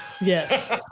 Yes